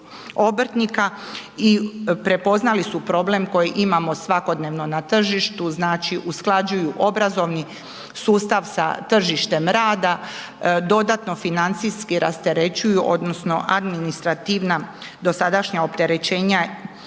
i prepoznali su problem koji imamo svakodnevno na tržištu, znači usklađuju obrazovni sustav sa tržištem rada, dodatno financijski rasterećuju odnosno administrativna dosadašnja opterećenja,